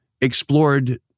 explored